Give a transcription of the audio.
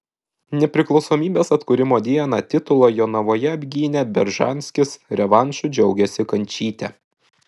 nepriklausomybės atkūrimo dieną titulą jonavoje apgynė beržanskis revanšu džiaugėsi kančytė